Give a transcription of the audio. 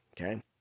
Okay